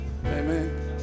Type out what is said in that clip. Amen